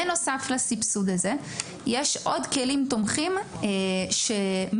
בנוסף לסבסוד הזה יש עוד כלים תומכים שמיועדים